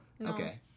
Okay